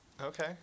Okay